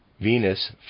Venus